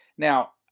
Now